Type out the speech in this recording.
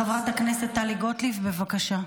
חברת הכנסת טלי גוטליב, בבקשה.